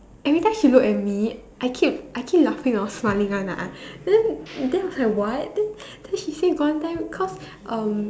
everytime she look at me I keep I keep laughing or smiling one ah then then I what then then she say got one time cause um